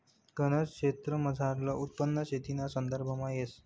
गनज क्षेत्रमझारलं उत्पन्न शेतीना संदर्भामा येस